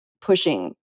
pushing